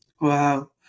Wow